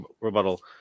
rebuttal